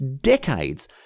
decades